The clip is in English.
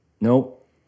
nope